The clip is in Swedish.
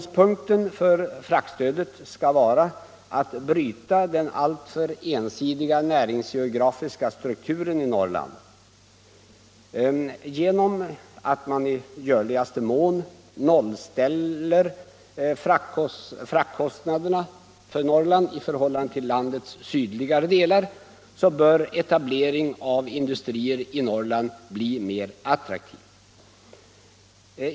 Syftet med fraktstödet skall bl.a. vara att bryta den alltför ensidiga näringsgeografiska strukturen i Norrland. Genom att man i görligaste mån nollställer fraktkostnaderna för Norrland i förhållande till landets sydligare delar bör en etablering av industrier i Norrland bli mer attraktiv.